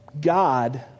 God